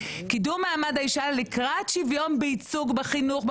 קידום מעמד האישה לקראת שוויון בייצוג בחינוך,